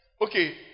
Okay